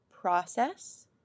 process